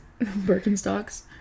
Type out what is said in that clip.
Birkenstocks